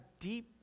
deep